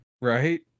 Right